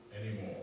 anymore